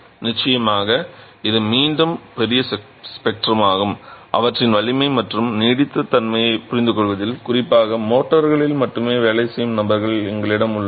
நிச்சயமாக இது மீண்டும் பெரிய ஸ்பெக்ட்ரம் ஆகும் அவற்றின் வலிமை மற்றும் நீடித்த தன்மையைப் புரிந்துகொள்வதில் குறிப்பாக மோர்டார்களில் மட்டுமே வேலை செய்யும் நபர்கள் எங்களிடம் உள்ளனர்